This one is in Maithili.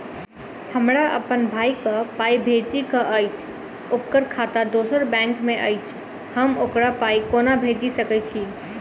हमरा अप्पन भाई कऽ पाई भेजि कऽ अछि, ओकर खाता दोसर बैंक मे अछि, हम ओकरा पाई कोना भेजि सकय छी?